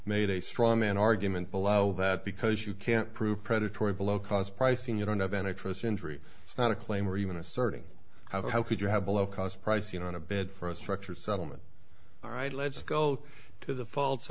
a straw man argument below that because you can't prove predatory below cost pricing you don't have an interest injury it's not a claim or even asserting how could you have below cost price you know on a bed for a structured settlement all right let's go to the false